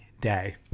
day